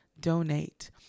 donate